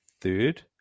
third